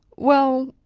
well,